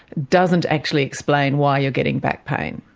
doesn't actually explain why you're getting back pain?